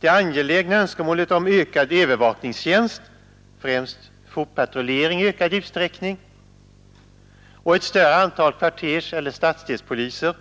Det angelägna önskemålet om ökad övervakningstjänst, främst fotpatrullering i större utsträckning och ett större antal kvarterseller stadsdelspoliser,